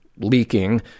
leaking